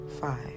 five